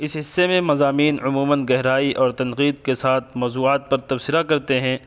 اس حصے میں مضامین عموماً گہرائی اور تنقید کے ساتھ موضوعات پر تبصرہ کرتے ہیں